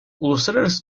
uluslararası